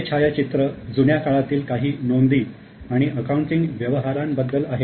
हे छायाचित्र जुन्या काळातील काही नोंदी आणि अकाउंटिंग व्यवहारांबद्दल आहे